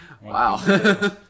Wow